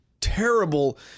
terrible